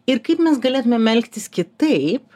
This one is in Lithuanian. ir kaip mes galėtumėm elgtis kitaip